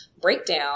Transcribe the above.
breakdown